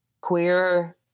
queer